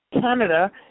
Canada